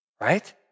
Right